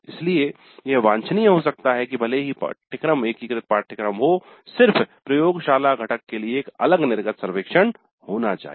इसलिए यह वांछनीय हो सकता है कि भले ही पाठ्यक्रम एकीकृत पाठ्यक्रम हो सिर्फ प्रयोगशाला घटक के लिए एक अलग निर्गत सर्वेक्षण होना चाहिए